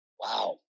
wow